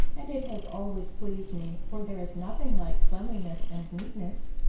and it has always pleased me, for there is nothing like cleanliness and neatness.